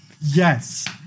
Yes